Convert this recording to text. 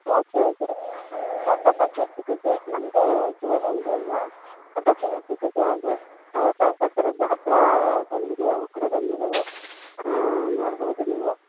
okay okay ಹಾಂ ಸಬ್ಬಕ್ಕಿ ಸಿಕ್ಕುತ್ತೆ ನಮ್ಮದು ಕಿರಾಣಿ ಅಂಗಡಿ ಅಲ್ಲವಾ ಸಬ್ಬಕ್ಕಿಯೂ ಸಿಕ್ಕುತ್ತೆ ಹಾಗೆ ಹೊಸ ಹೊಸ ಥರದ ಹಪ್ಪಳ ಸಂಡಿಗೆ ಅವೂ ಕೂಡ ಬಂದಿದವೆ ಹಾಂ ನೋಡಬಹುದು ನೀವು